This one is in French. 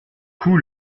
coup